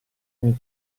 nel